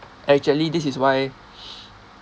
actually this is why